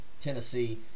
Tennessee